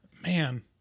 Man